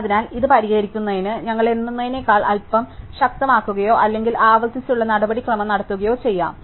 അതിനാൽ ഇത് പരിഹരിക്കുന്നതിന് ഞങ്ങൾ എണ്ണുന്നതിനേക്കാൾ അൽപ്പം ശക്തമാക്കുകയോ അല്ലെങ്കിൽ ആവർത്തിച്ചുള്ള നടപടിക്രമം നടത്തുകയോ ചെയ്യും